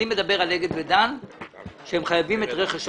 אני מדבר על אגד ודן שהם חייבים את רכש הגומלין.